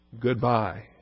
Goodbye